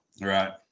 Right